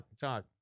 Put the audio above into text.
talk